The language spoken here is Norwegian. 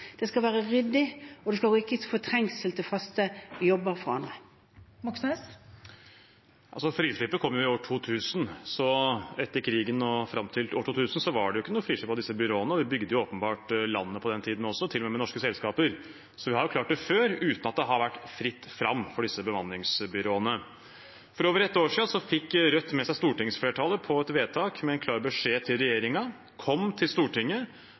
ryddig, og det skal ikke være til fortrengsel for faste jobber for andre. Det åpnes for oppfølgingsspørsmål – først Bjørnar Moxnes. Frislippet kom i år 2000. Etter krigen og fram til år 2000 var det jo ikke noe frislipp av disse byråene, og vi bygde jo åpenbart landet på den tiden også – til og med med norske selskaper. Så vi har klart det før, uten at det har vært fritt fram for disse bemanningsbyråene. For over ett år siden fikk Rødt med seg stortingsflertallet på et vedtak med en klar beskjed til regjeringen: Kom til Stortinget